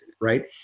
right